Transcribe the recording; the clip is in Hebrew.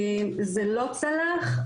זה לא צלח.